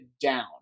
down